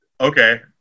okay